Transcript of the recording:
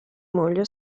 moglie